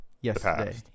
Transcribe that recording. Yesterday